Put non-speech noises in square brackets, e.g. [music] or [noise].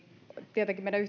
tietenkin meidän [unintelligible]